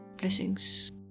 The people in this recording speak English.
Blessings